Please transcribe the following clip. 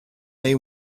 they